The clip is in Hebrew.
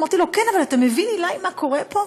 אמרתי לו: כן, אבל אתה מבין, עילאי, מה קורה פה?